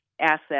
Asset